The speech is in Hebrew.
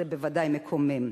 זה בוודאי מקומם.